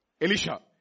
Elisha